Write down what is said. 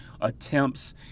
attempts